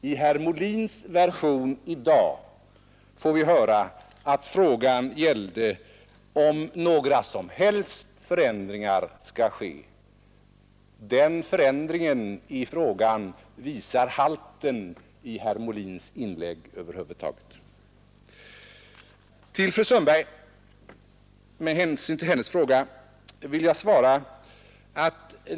I herr Molins version i dag får vi höra att frågan gällde om någon som helst förändring skulle ske. Den ändringen i frågan visar halten av herr Molins inlägg över huvud taget. Sedan vill jag på fru Sundbergs fråga svara så här.